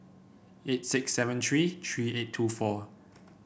eight six seven three three eight two four